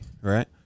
right